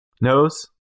Nose